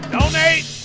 Donate